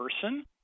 person